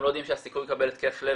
הם לא יודעים שהסיכוי לקבל התקף לב